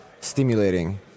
Stimulating